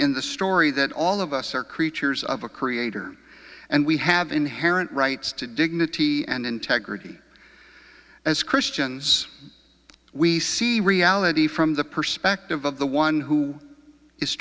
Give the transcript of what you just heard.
in the story that all of us are creatures of a creator and we have inherent rights to dignity and integrity as christians we see reality from the perspective of the one who is